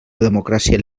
democràcia